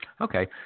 Okay